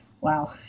Wow